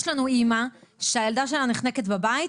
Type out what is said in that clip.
יש לנו אמא שהילדה שלה נחנקת בבית,